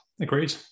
Agreed